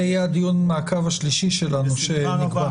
זה יהיה דיון המעקב השלישי שלנו, שנקבע.